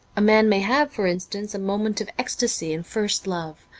a man may have, for instance, a moment of ecstasy in first love,